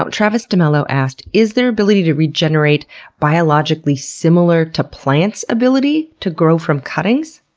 um travis demello asked is their ability to regenerate biologically similar to plants' ability to grow from cuttings?